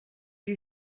you